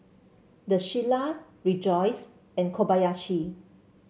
The Shilla Rejoice and Kobayashi